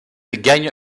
gagne